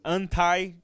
Untie